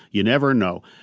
you never know.